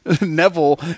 Neville